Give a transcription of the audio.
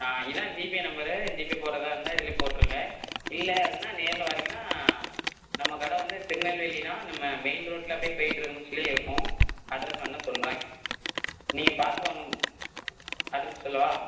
ஆ இதுதான் GPay number GPay போடுறதா இருந்தால் இதிலயே போட்டிருங்க இல்லை அப்படினா நேர்ல வரிங்கனால் நம்ம கடை வந்து திருநெல்வேலி தான் நம்ம மெயின் ரோட்டில அப்படியே போயிட்ருக்கமுச்சிலே இருக்கும் அட்ரஸ் வேணா சொல்கிறேன் நீங்கள் பார்த்து வாங்க அட்ரஸ் அட்ரஸ் சொல்லவா